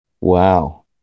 Wow